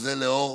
זה לאור